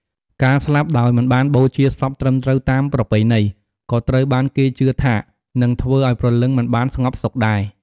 ការស្លាប់ដោយមិនបានបូជាសពត្រឹមត្រូវតាមប្រពៃណី ក៏ត្រូវបានគេជឿថានឹងធ្វើឲ្យព្រលឹងមិនបានស្ងប់សុខដែរ។